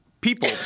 people